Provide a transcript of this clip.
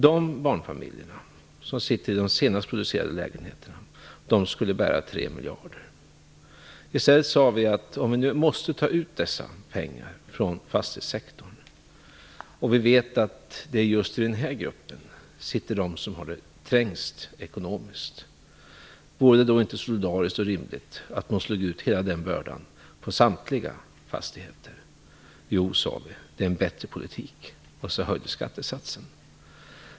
De barnfamiljer som sitter i de senast producerade lägenheterna skulle bära 3 Vi sade i stället att om vi nu måste ta ut dessa pengar från fastighetssektorn - och vi vet att just den här gruppen är de som har det trängst ekonomiskt - vore det då inte solidariskt och rimligt att slå ut hela den bördan på samtliga fastigheter? Jo, sade vi, det är en bättre politik. Och så höjdes skattesatsen.